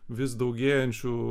vis daugėjančių